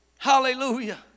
hallelujah